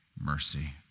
mercy